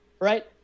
right